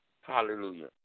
Hallelujah